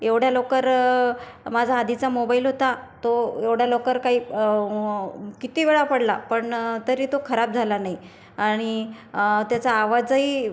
एवढ्या लवकर माझा आधीचा मोबाईल होता तो एवढ्या लवकर काही कित्ती वेळा पडला पण तरी तो खराब झाला नाही आणि त्याचा आवाजही